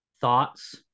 thoughts